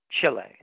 Chile